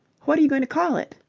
what are you going to call it?